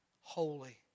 holy